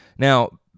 Now